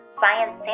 Science